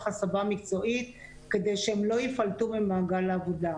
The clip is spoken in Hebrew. הסבה מקצועית כדי שהם לא ייפלטו ממעגל העבודה.